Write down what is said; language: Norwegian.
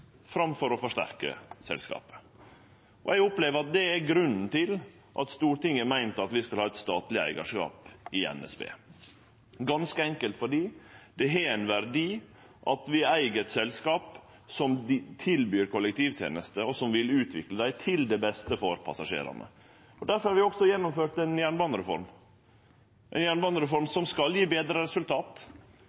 å forsterke selskapet. Eg opplever at det er grunnen til at Stortinget har meint at vi skal ha eit statleg eigarskap i NSB, ganske enkelt fordi det har ein verdi at vi eig eit selskap som tilbyr kollektivtenester, og som vil utvikle dei til det beste for passasjerane. Difor har vi også gjennomført ei jernbanereform, ei jernbanereform som skal gje betre resultat,